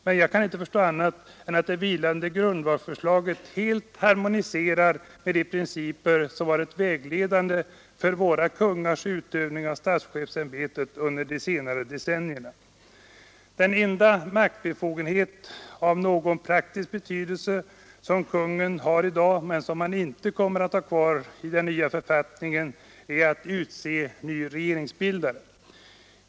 Men jag kan inte förstå annat än att det vilande förslaget helt harmonierar med de principer, som varit vägledande för våra kungars utövning av statschefsämbetet under senare decennier. Den enda maktbefogenhet av någon praktisk betydelse som kungen har i dag men som han inte kommer att ha kvar med den nya författningen är att utse ny regeringsbildare.